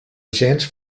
gens